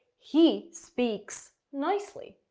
he speaks nicely.